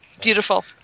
beautiful